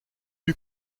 eut